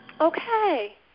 Okay